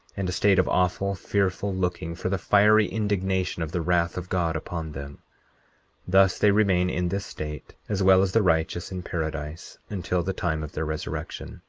and a state of awful, fearful looking for the fiery indignation of the wrath of god upon them thus they remain in this state, as well as the righteous in paradise, until the time of their resurrection.